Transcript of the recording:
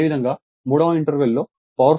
అదేవిధంగా మూడవ ఇంటర్వెల్ లో పవర్ ఫ్యాక్టర్ 0